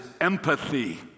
empathy